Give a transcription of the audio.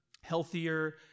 healthier